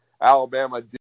Alabama